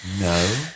no